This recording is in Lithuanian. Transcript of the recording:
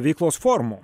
veiklos formų